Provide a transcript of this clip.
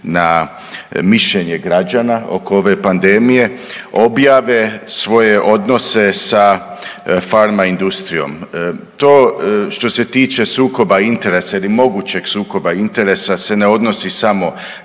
na mišljenje građana oko ove pandemije objave svoje odnose sa pharma industrijom. To što se tiče sukoba interesa ili mogućeg sukoba interesa se ne odnosi samo